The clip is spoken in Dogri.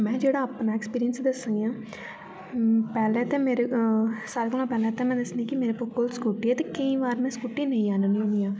मैं जेह्ड़ा अपना ऐक्सपीरियन्स दस्सनी आं पैह्ले ते मेरे सारे कोला पैह्ले दस्सनी कि मेरे कोल स्कूटी ऐ ते केईं बार मैं स्कूटी लेई आह्ननी होन्नी आं